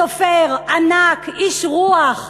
סופר, ענק, איש רוח,